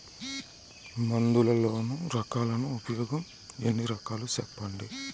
మందులలోని రకాలను ఉపయోగం ఎన్ని రకాలు? సెప్పండి?